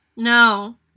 No